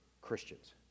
Christians